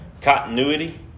continuity